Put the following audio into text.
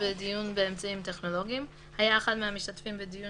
בדיון באמצעים טכנולוגיים 2ד. היה אחד מהמשתתפים בדיון